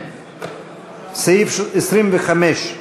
סעיף 25,